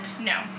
no